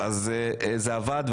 זה עבד.